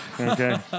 okay